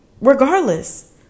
regardless